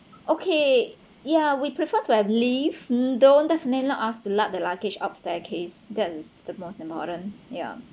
okay ya we prefer to have lift don't definitely not ask to lug the luggage up staircase that's the most important ya